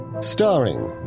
starring